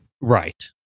right